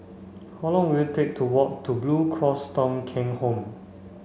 how long will take to walk to Blue Cross Thong Kheng Home